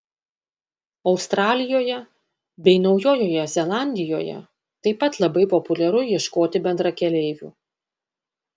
australijoje bei naujojoje zelandijoje taip pat labai populiaru ieškoti bendrakeleivių